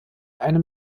einem